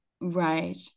Right